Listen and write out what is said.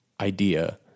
idea